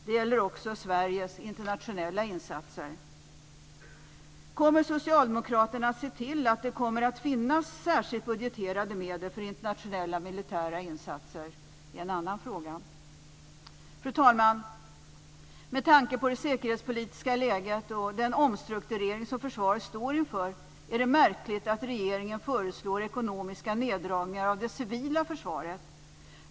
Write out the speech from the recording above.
Det gäller också Sveriges internationella insatser. Kommer socialdemokraterna att se till att det kommer att finnas särskilt budgeterade medel för internationella militära insatser? Fru talman! Med tanke på det säkerhetspolitiska läget och den omstrukturering som försvaret står inför är det märkligt att regeringen föreslår ekonomiska neddragningar av det civila försvaret.